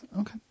Okay